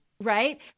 Right